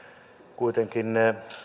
kuitenkin